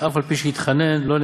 אף על פי שהתחנן לא נעתר,